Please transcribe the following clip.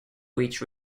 which